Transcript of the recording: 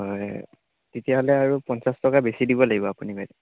হয় তেতিয়াহ'লে আৰু পঞ্চাছ টকা বেছি দিব লাগিব আপুনি বাইদেউ